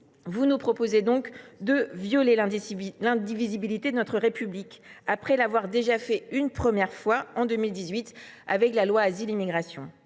Vous nous proposez donc de violer l’indivisibilité de notre République, après l’avoir fait une première fois en 2018 la loi Asile et Immigration.